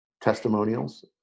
testimonials